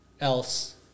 else